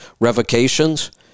revocations